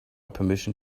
permission